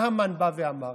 מה המן בא ואמר?